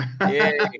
Yay